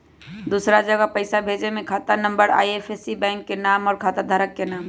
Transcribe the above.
दूसरा जगह पईसा भेजे में खाता नं, आई.एफ.एस.सी, बैंक के नाम, और खाता धारक के नाम?